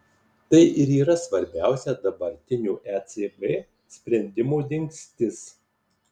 tai ir yra svarbiausia dabartinio ecb sprendimo dingstis